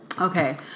okay